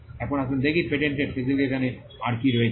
এখন আসুন দেখি পেটেন্টের স্পেসিফিকেশনে আর কী রয়েছে